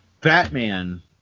Batman